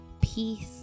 peace